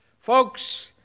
Folks